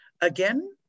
Again